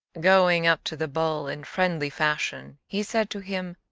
going up to the bull in friendly fashion, he said to him,